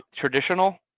traditional